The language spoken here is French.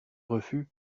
refus